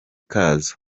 kazo